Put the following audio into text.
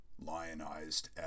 lionized